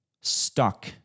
stuck